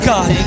God